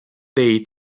dei